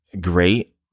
great